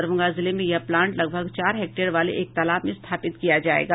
दरभंगा जिले में यह प्लांट लगभग चार हेक्टेयर वाले एक तालाब में स्थापित किया जायेगा